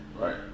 Right